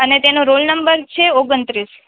અને તેનો roll number છે ઓગણત્રીસ